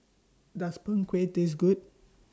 Does Png Kueh Taste Good